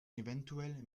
eventuell